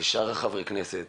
ושאר חברי הכנסת.